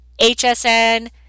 HSN